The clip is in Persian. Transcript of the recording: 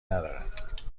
ندارد